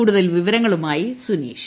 കൂടുതൽ വിവരങ്ങളുമായി സുനീഷ്